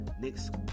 next